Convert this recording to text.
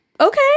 okay